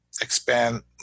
expand